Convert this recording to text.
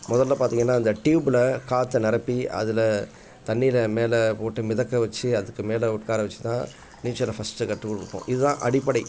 முதல்ல பார்த்தீங்கன்னா அந்த ட்யூப்பில் காற்ற நிரப்பி அதில் தண்ணீரை மேலேப் போட்டு மிதக்க வச்சு அதுக்குமேலே உட்காரவச்சி தான் நீச்சலை ஃபர்ஸ்ட்டு கற்றுக்கொடுப்போம் இது தான் அடிப்படை